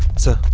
sir